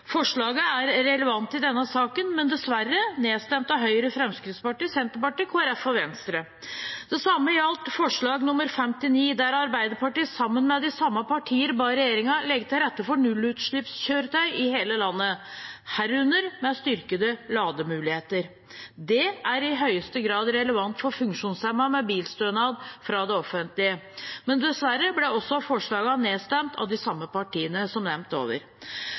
Forslaget er relevant i denne saken, men ble dessverre nedstemt av Høyre, Fremskrittspartiet, Senterpartiet, Kristelig Folkeparti og Venstre. Det samme gjaldt forslag nr. 59, der Arbeiderpartiet sammen med de samme partiene ba regjeringen legge til rette for nullutslippskjøretøy i hele landet, herunder med styrkede lademuligheter. Det er i høyeste grad relevant for funksjonshemmede med bilstønad fra det offentlige, men dessverre ble også dette forslaget nedstemt av de samme partiene som nevnt over.